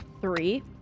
three